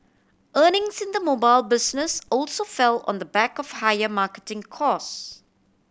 earnings in the mobile business also fell on the back of higher marketing cost